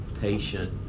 patient